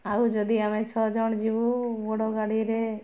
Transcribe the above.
ଆଉ ଯଦି ଆମେ ଛଅ ଜଣ ଯିବୁ ବଡ଼ ଗାଡ଼ିରେ